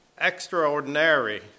extraordinary